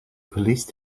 police